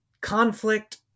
conflict